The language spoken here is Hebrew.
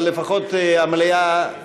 אבל לפחות המליאה,